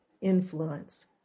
influence